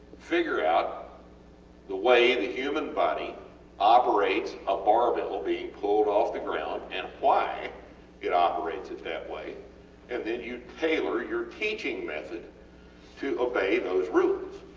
figure out the way the human body operates a barbell being pulled off the ground and why it operates it that way and then you tailor your teaching method to obey those rules,